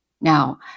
Now